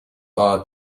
are